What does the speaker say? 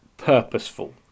purposeful